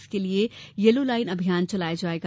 इसके लिये yellow line अभियान चलाया जायेगा